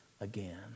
again